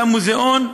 למוזיאון,